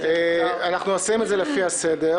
אנחנו עושים את זה לפי הסדר.